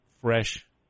fresh